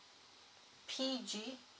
P_G